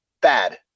bad